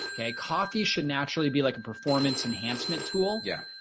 okay, coffee should naturally be like a performance enhancement tool. yeah.